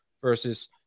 versus